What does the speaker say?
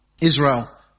Israel